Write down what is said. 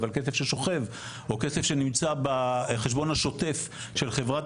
אבל כסף ששוכב או כסף שנמצא בחשבון השוטף של חברת